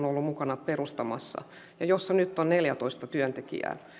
ollut mukana perustamassa ja jossa nyt on neljätoista työntekijää